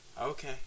Okay